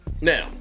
Now